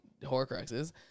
Horcruxes